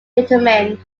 determined